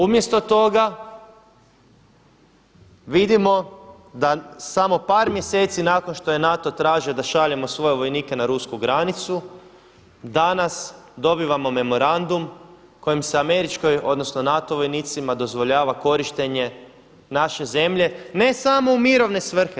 Umjesto toga vidimo da samo par mjeseci nakon što je NATO tražio da šaljemo svoje vojnike na rusku granicu danas dobivamo memorandum kojom se američkoj odnosno NATO vojnicima dozvoljava korištenje naše zemlje ne samo u mirovne svrhe.